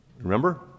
Remember